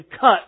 cut